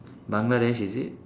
bangladesh is it